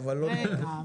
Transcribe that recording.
אבל לא משנה.